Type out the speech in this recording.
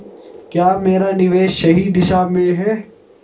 क्या मेरा निवेश सही दिशा में है?